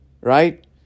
right